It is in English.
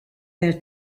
their